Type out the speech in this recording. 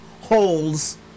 holes